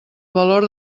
valor